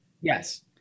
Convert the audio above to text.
yes